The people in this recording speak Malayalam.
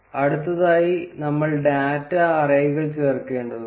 അടുത്തതായി നമ്മൾ ഡാറ്റ അറേകൾ ചേർക്കേണ്ടതുണ്ട്